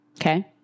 Okay